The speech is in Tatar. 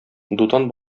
дутан